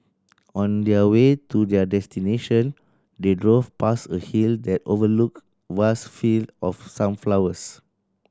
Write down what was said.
on their way to their destination they drove past a hill that overlooked vast field of sunflowers